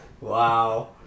wow